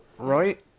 Right